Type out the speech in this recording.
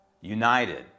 united